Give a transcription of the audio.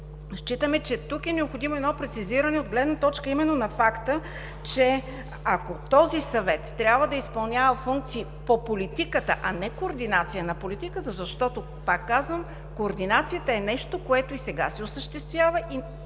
Считаме, че тук е необходимо едно прецизиране от гледна точка именно на факта, че ако този съвет трябва да изпълнява функции по политиката, а не координация на политиката, защото, пак казвам, координацията е нещо, което и сега се осъществява, и този